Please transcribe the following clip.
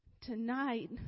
Tonight